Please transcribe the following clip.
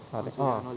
ah that ah